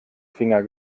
finger